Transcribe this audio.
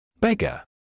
Beggar